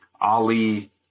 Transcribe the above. Ali